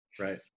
Right